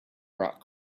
rock